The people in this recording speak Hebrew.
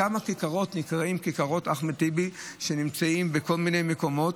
כמה כיכרות שנקראות כיכרות אחמד טיבי נמצאות בכל מיני מקומות?